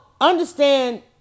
understand